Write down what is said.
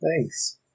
Thanks